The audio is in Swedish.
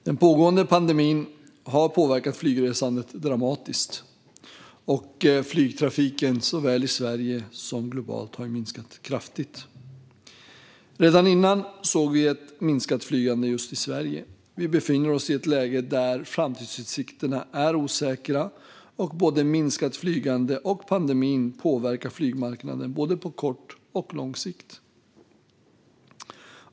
Den pågående pandemin har påverkat flygresandet dramatiskt, och flygtrafiken har minskat kraftigt såväl i Sverige som globalt. Redan innan såg vi ett minskat flygande i just Sverige. Vi befinner oss i ett läge där framtidsutsikterna är osäkra, och både minskat flygande och pandemin påverkar flygmarknaden på både kort och lång sikt.